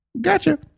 gotcha